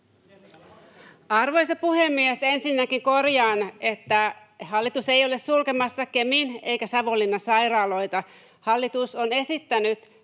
Arvoisa puhemies! Ensinnäkin korjaan, että hallitus ei ole sulkemassa Kemin eikä Savonlinnan sairaaloita. Hallitus on esittänyt,